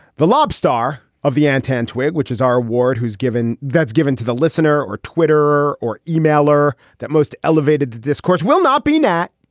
the lob star of the antenna twig, which is our award, who's given that's given to the listener or twitter or emailer that most elevated the discourse will not be natt,